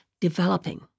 developing